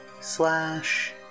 slash